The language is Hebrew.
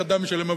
כבוד השרים,